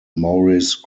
maurice